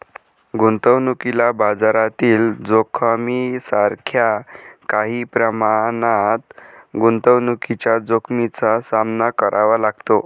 गुंतवणुकीला बाजारातील जोखमीसारख्या काही प्रमाणात गुंतवणुकीच्या जोखमीचा सामना करावा लागतो